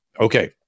Okay